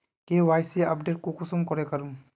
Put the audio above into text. KYC update कुंसम करे करूम?